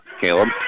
Caleb